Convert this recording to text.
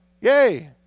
Yay